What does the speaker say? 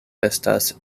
estas